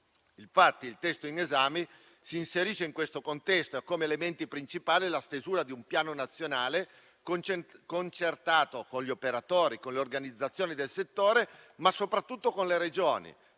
Il testo in esame si inserisce in questo contesto come elemento principale nella stesura di un piano nazionale, concertato con gli operatori, con le organizzazioni del settore, ma soprattutto con le Regioni;